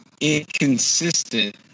inconsistent